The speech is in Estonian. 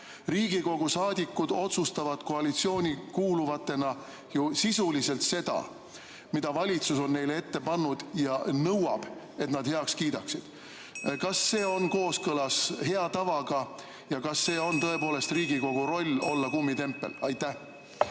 Riigikogu saadikud otsustavad koalitsiooni kuuluvatena ju sisuliselt seda, mida valitsus on neile ette pannud ja nõuab, et nad heaks kiidaksid. Kas see on kooskõlas hea tavaga ja kas see on tõepoolest Riigikogu roll, olla kummitempel? Aitäh,